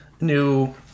new